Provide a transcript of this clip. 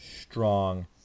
strong